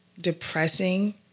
depressing